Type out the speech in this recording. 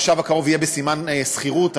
הכנס הקרוב יהיה בסימן שכירות,